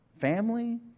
family